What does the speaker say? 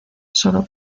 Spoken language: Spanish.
solo